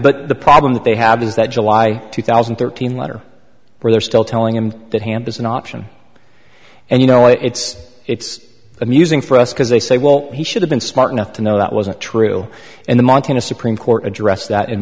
but the problem that they have is that july two thousand and thirteen letter where they're still telling him that hand is an option and you know it's it's amusing for us because they say well he should have been smart enough to know that wasn't true and the montana supreme court addressed that in